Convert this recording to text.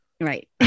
right